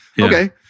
Okay